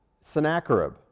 Sennacherib